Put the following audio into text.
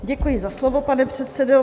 Děkuji za slovo, pane předsedo.